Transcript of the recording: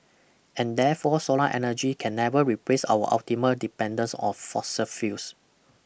and therefore solar energy can never replace our ultimate dependence of fossil fuels